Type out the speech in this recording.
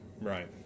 Right